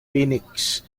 phoenix